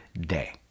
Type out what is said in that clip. day